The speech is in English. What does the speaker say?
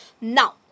now